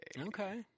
Okay